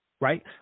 Right